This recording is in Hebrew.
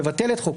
מבטלת חוק,